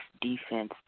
defense